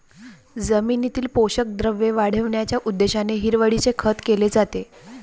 जमिनीतील पोषक द्रव्ये वाढविण्याच्या उद्देशाने हिरवळीचे खत केले जाते